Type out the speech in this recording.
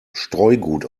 streugut